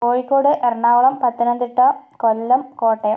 Kozhikode Ernakulam Pathanamthitta Kollam Kottayam